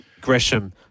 Gresham